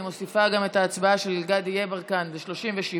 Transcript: אני מוסיפה גם את ההצבעה של גדי יברקן, 37 נגד.